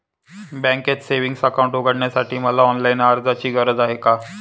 बँकेत savings account उघडण्यासाठी मला ऑनलाईन अर्जाची गरज आहे का?